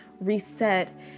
reset